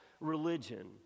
religion